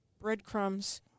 breadcrumbs